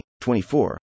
24